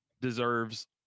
deserves